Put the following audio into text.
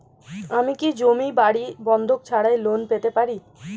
আমি কি জমি বাড়ি বন্ধক ছাড়াই লোন পেতে পারি?